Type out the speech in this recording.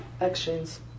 actions